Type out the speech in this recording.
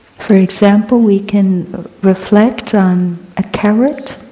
for example, we can reflect on a carrot.